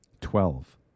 Twelve